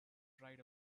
dried